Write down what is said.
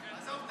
עזוב.